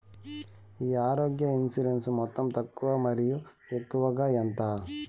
ఈ ఆరోగ్య ఇన్సూరెన్సు మొత్తం తక్కువ మరియు ఎక్కువగా ఎంత?